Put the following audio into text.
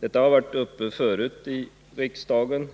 Frågan har redan tidigare varit uppe i riksdagen.